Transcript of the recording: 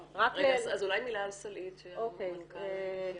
אולי מילה על סלעית, שהמנכ"ל יכיר?